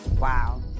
Wow